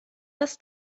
das